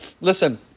Listen